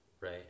right